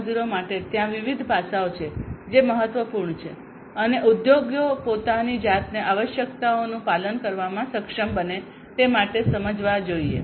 0 માટે ત્યાં વિવિધ પાસાઓ છે જે મહત્વપૂર્ણ છે અને ઉદ્યોગો પોતાની જાતને આવશ્યકતાઓનું પાલન કરવામાં સક્ષમ બને તે માટે સમજવા જોઈએ